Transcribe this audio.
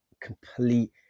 complete